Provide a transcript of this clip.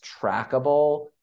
trackable